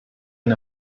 and